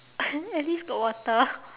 at least got water